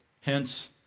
Hence